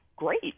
Great